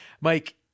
Mike